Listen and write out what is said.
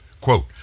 Quote